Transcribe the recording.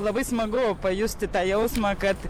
labai smagu pajusti tą jausmą kad